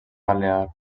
balear